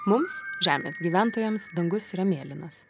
mums žemės gyventojams dangus yra mėlynas